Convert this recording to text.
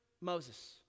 Moses